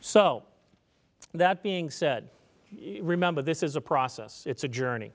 so that being said remember this is a process it's a journey